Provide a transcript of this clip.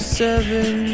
seven